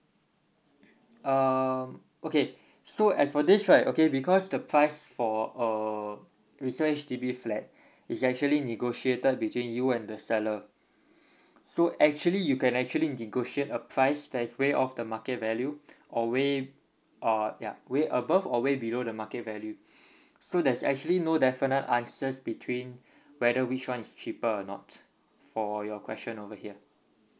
um okay so as for this right okay because the price for a resale H_D_B flat is actually negotiated between you and the seller so actually you can actually negotiate a price that's way of the market value or way uh yeah way above or way below the market value so there's actually no definite answers between whether which one is cheaper or not for your question over here